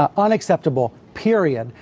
um unacceptable, period.